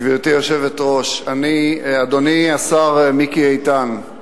גברתי היושבת-ראש, אדוני השר מיקי איתן,